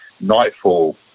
Nightfall